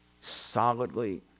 Solidly